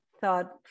thought